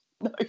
No